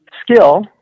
skill